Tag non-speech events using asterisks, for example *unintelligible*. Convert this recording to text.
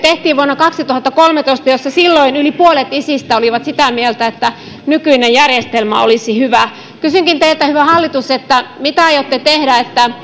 tehtiin vuonna kaksituhattakolmetoista jossa silloin yli puolet isistä oli sitä mieltä että nykyinen järjestelmä olisi hyvä kysynkin teiltä hyvä hallitus mitä aiotte tehdä että *unintelligible*